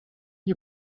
you